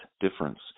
difference